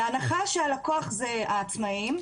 בהנחה שהלקוח הם העצמאיים,